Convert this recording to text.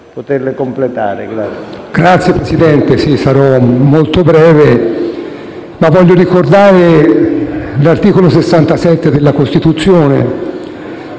Signor Presidente, sarò molto breve. Voglio ricordare l'articolo 67 della Costituzione,